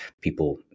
people